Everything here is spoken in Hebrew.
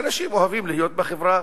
אנשים אוהבים להיות בחברה